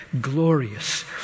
glorious